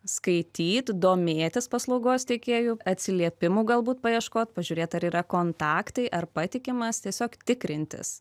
skaityt domėtis paslaugos tiekėju atsiliepimų galbūt paieškoti pažiūrėt ar yra kontaktai ar patikimas tiesiog tikrintis